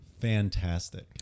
Fantastic